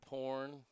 Porn